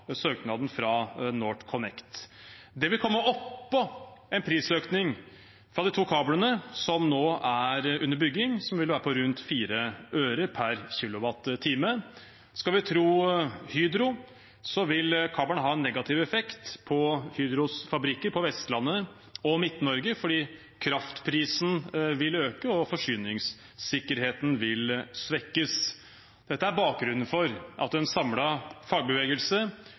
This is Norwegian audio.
søknaden fra NorthConnect. Dette vil komme oppå en prisøkning fra de to kablene som nå er under bygging, og som vil være på rundt 4 øre per kWh. Skal vi tro Hydro, vil kabelen ha en negativ effekt på Hydros fabrikker på Vestlandet og i Midt-Norge fordi kraftprisen vil øke og forsyningssikkerheten svekkes. Dette er bakgrunnen for at en samlet fagbevegelse